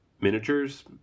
miniatures